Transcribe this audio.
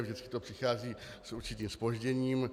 Vždycky to přichází s určitým zpožděním.